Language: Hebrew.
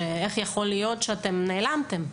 איך יכול להיות שאתם נעלמתם?